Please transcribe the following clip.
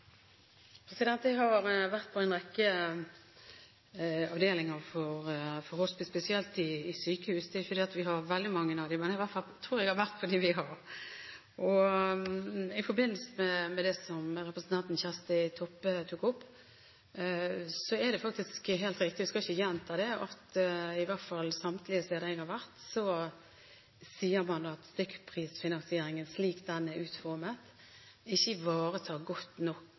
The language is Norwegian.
Jeg har vært på en rekke avdelinger for hospice, spesielt i sykehus, ikke fordi vi har veldig mange av dem – jeg tror jeg har vært på dem vi har. Det er helt riktig det som representanten Kjersti Toppe tok opp. Jeg skal ikke gjenta det, men i hvert fall samtlige steder jeg har vært, sier man at stykkprisfinansieringen slik den er utformet, ikke ivaretar godt